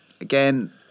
again